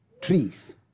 Trees